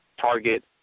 Target